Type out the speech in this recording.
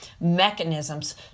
mechanisms